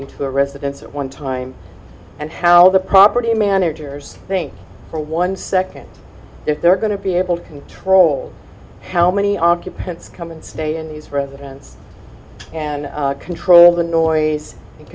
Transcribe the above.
into a residence at one time and how the property managers think for one second if they're going to be able to control how many occupants come and stay in these residence and control the noise and